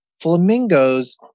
flamingos